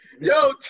Yo